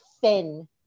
thin